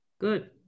Good